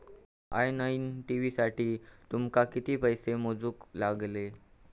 या नईन टी.व्ही साठी तुमका किती पैसे मोजूक लागले?